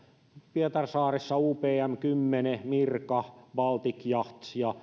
pietarsaaressa upm kymmene mirka baltic yachts ja